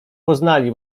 poznali